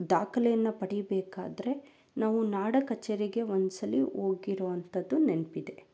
ದಾಖಲೆಯನ್ನು ಪಡಿಬೇಕಾದ್ರೆ ನಾವು ನಾಡಕಚೇರಿಗೆ ಒಂದು ಸಲ ಹೋಗಿರುವಂಥದ್ದು ನೆನಪಿದೆ